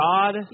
God